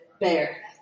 bear